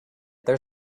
there